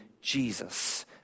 Jesus